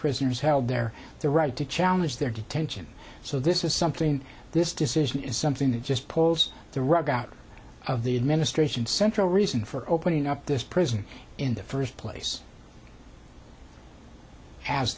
prisoners held there their right to challenge their detention so this is something this decision is something that just pulls the rug out of the administration central reason for opening up this prison in the first place as